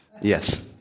Yes